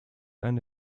eine